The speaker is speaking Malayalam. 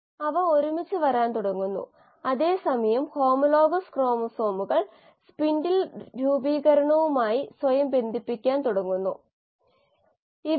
ഇത് ഇപ്പോൾ 3 ശതമാനം 4 ശതമാനമെങ്കിലും ആഗോളതാപനത്തിലും മറ്റും ഉൾക്കൊള്ളുന്നുണ്ടെങ്കിലും പ്രകാശസംശ്ലേഷണ ജീവികൾക്ക് കാർബണിന്റെ ഉറവിടം ഇതാണ്